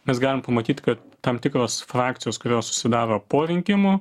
mes galim pamatyt kad tam tikros frakcijos kurios susidaro po rinkimų